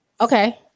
Okay